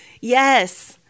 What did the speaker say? yes